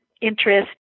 interest